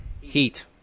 Heat